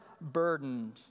burdened